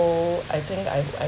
I think I have I